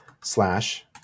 slash